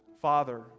Father